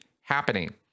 happening